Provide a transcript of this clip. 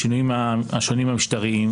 השינויים השונים המשטריים,